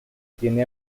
tiene